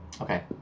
Okay